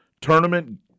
tournament